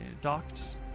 docked